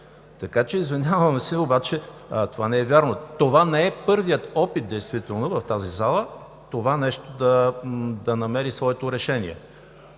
Така че извинявам се, обаче това не е вярно. Това не е първият опит действително в тази зала това нещо да намери своето решение.